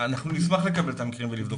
אנחנו נשמח לקבל את המקרים ולבדוק אותם,